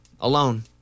alone